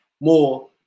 more